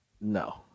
No